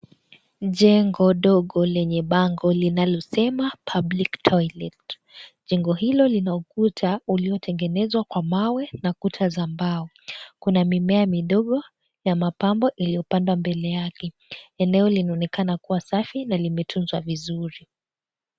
Jengo ndogo lenye bango linalosema public toilet ,jeng hilo lina ukuta uliyotengenezwa Kwa mawe na kuta za mbao, kuna mimea midogo ya mapambo iliyopandwa mbele yake . Eneo linaonekana kuwa safi na limetunzwa vizuri.